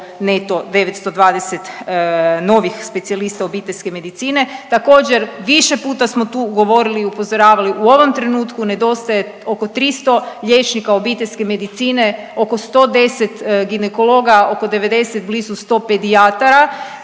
920 novih specijalista obiteljske medicine. Također više puta smo tu govorili i upozoravali u ovom trenutku nedostaje oko 300 liječnika obiteljske medicine, oko 110 ginekologa, oko 90 blizu 100 pedijatara.